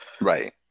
right